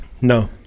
No